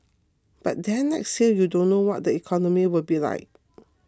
but then next year you don't know what the economy will be like